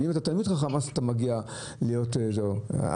ואם אתה תלמיד חכם אז אתה מגיע להיות הדרגה